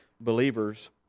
believers